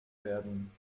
werden